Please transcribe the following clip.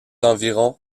environ